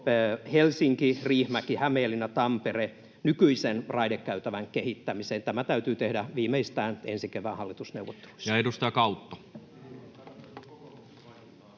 Helsinki—Riihimäki—Hämeenlinna—Tampere‑raidekäytävän kehittämiseen. Tämä täytyy tehdä viimeistään ensi kevään hallitusneuvotteluissa.